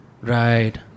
Right